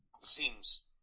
seems